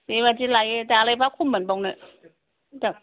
बेबादि लायो दालाय बहा खम मोनबावनो